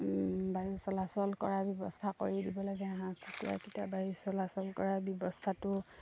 বায়ু চলাচল কৰাৰ ব্যৱস্থা কৰি দিব লাগে হাঁহ কুকুৰাকেইটা বায়ু চলাচল কৰাৰ ব্যৱস্থাটো